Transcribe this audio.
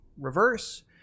reverse